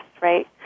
right